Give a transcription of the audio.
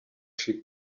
she